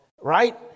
Right